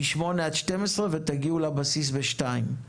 מ-08:00 עד 12:00, ושיגיעו לבסיס ב-14:00.